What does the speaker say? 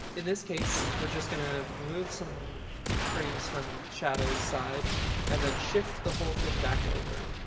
in this case, we're just going to remove some frames from shadow's side and then shift the whole thing back over.